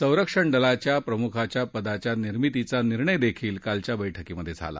संरक्षण दलाच्या प्रमुखाच्या पदाच्या निर्मितीचा निर्णयही कालच्या बैठकीत झाला